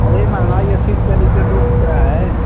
अरे महँगाई अस्सी रुपये लीटर दूध बिक रहा है